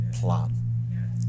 plan